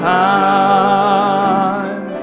time